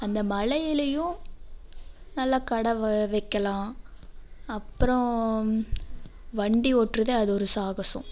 அந்த மலையிலேயும் நல்லா கடை வ வைக்கலாம் அப்பறம் வண்டி ஓட்டுறது அது ஒரு சாகசம்